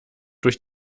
durch